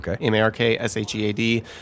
M-A-R-K-S-H-E-A-D